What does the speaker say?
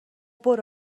برو